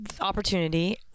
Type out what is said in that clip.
opportunity